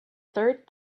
third